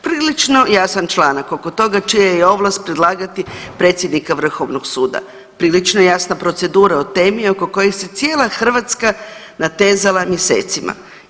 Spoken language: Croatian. Prilično jasan članak, oko toga čija je ovlast predlagati predsjednika Vrhovnog suda, prilično jasna procedura o temi oko kojih se cijela Hrvatska natezala mjesecima.